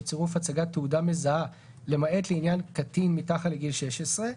בצירוף הצגת תעודה מזהה למעט לעניין קטין מתחת לגיל 16,